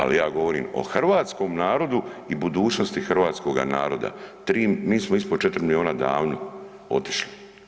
Ali ja govorim o hrvatskom narodu i budućnosti hrvatskoga naroda, tri, mi smo ispod 4 milijuna davno otišli.